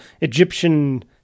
Egyptian